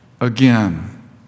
again